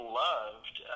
loved